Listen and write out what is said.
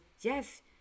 yes